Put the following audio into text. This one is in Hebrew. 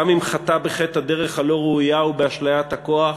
גם אם חטא בחטא הדרך הלא-ראויה ובאשליית הכוח,